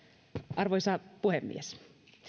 arvoisa puhemies